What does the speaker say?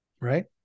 Right